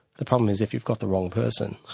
the problem is if you've got the wrong person,